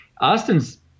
Austin's